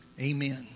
Amen